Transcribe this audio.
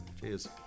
cheers